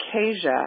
Acacia